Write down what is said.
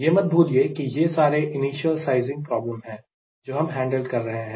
यह मत भूलिए कि यह सारे इनिशियल साइजिंग प्रॉब्लम है जो हम हैंडल कर रहे हैं